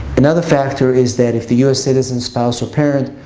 in other factor is that if the u s. citizen spouse or parent,